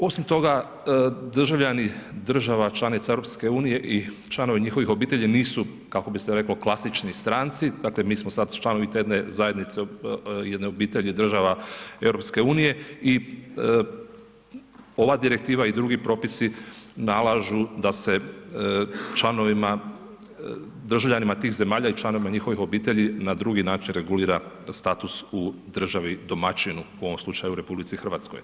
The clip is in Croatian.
Osim toga, državljani država članica EU i članovi njihovih obitelji nisu, kako bi se reklo, klasični stranci, dakle, mi smo sad članovi te jedne zajednice, jedne obitelji država EU i ova direktiva i drugi propisi nalažu da se članovima državljanima tih zemalja i članovima njihovih obitelji na drugi način regulira status u državi domaćinu, u ovom slučaju u RH.